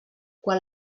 quan